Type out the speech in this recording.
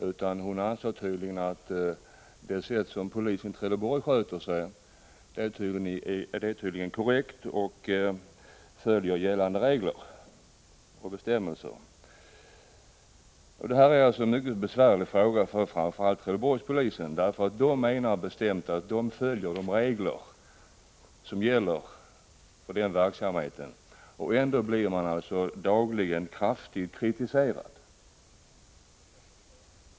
Statsrådet anser tydligen att det sätt på vilket polisen i Trelleborg sköter sig är korrekt och att man där följer gällande regler och bestämmelser. Detta är en mycket besvärlig fråga för framför allt Trelleborgspolisen, som bestämt hävdar att man följer de regler som gäller för verksamheten. Ändå blir man dagligen hårt kritiserad.